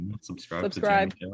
Subscribe